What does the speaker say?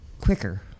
quicker